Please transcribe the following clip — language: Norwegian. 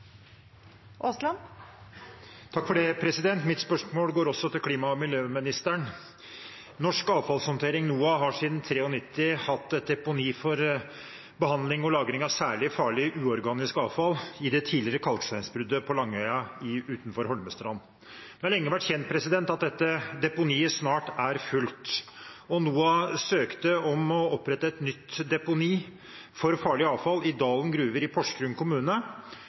Mitt spørsmål går også til klima- og miljøministeren. Norsk avfallshåndtering, NOAH, har siden 1993 hatt et deponi for behandling og lagring av særlig farlig uorganisk avfall i det tidligere kalksteinsbruddet på Langøya utenfor Holmestrand. Det har lenge vært kjent at dette deponiet snart er fullt. NOAH søkte om å opprette et nytt deponi for farlig avfall i Dalen gruver i Porsgrunn kommune,